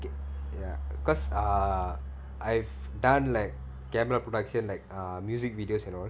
ya because err I've done like camera production like err music videos and all